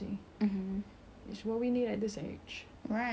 cause we've been through like go to work and it's too much